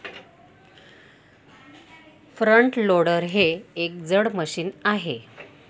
front loader हे एक जड मशीन आहे